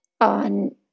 on